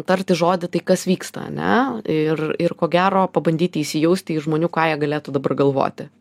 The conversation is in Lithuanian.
tarti žodį tai kas vyksta ane ir ir ko gero pabandyti įsijausti į žmonių ką jie galėtų dabar galvoti